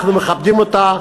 אנחנו מכבדים אותה,